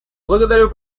благодарю